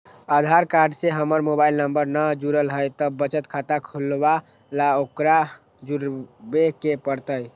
आधार card से हमर mobile number न जुरल है त बचत खाता खुलवा ला उकरो जुड़बे के पड़तई?